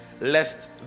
lest